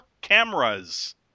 cameras